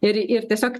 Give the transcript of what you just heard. ir ir tiesiog